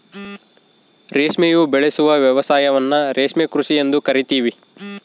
ರೇಷ್ಮೆ ಉಬೆಳೆಸುವ ವ್ಯವಸಾಯವನ್ನ ರೇಷ್ಮೆ ಕೃಷಿ ಎಂದು ಕರಿತೀವಿ